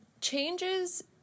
changes